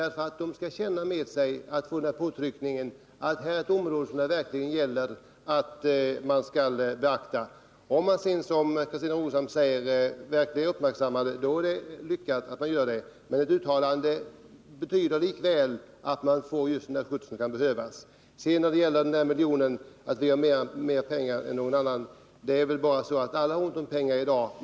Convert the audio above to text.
Regionstyrelserna behöver få en påtryckning som går ut på att det här är ett område som det verkligen gäller att beakta. Om regionstyrelserna, som Christina Rogestam säger, verkligen uppmärksammar problemen, så är det bra, men ett uttalande betyder ändå att de får just den skjuts som kan behövas. Beträffande den miljon som vi begär utöver regeringens förslag vill jag hålla med om att alla har ont om pengar i dag.